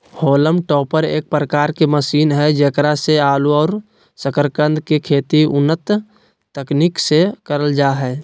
haulm topper एक प्रकार के मशीन हई जेकरा से आलू और सकरकंद के खेती उन्नत तकनीक से करल जा हई